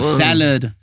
salad